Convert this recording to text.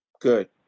Good